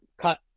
cut